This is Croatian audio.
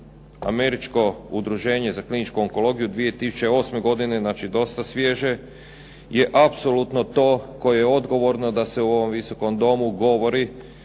Američko udruženje za kliničku onkologiju 2008. godine, znači dosta svježe je apsolutno je to koje je odgovorno da se u ovom Visokom domu govori.